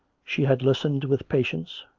she had listened with patience,